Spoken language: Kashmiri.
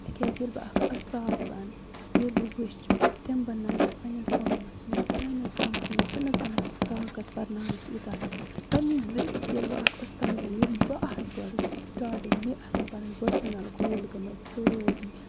تِکیازِ ییٚلہِ بہٕ اکھ اُستاد بَنہٕ ییٚلہِ بہٕ وُچھٕ پَتہٕ دِمہٕ بہٕ نَظر پَنٕنِس گامَس منٛز سٲنِس گامَس منٛز چھُنہٕ کٲنسہِ طاقت پَرناونَس یوٗتاہ پننہِ ذریعہٕ ییٚلہِ بہٕ اکھ اُستاد بَنہٕ ییٚلہِ بہٕ آسہٕ گۄڈٕ سِٹارٹِنگ مےٚ آسن پَنٕنۍ پٔرسٕنَل گول گٔمٕتۍ سٲری